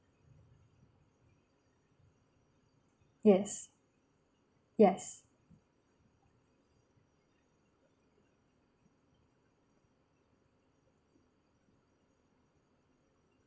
yes yes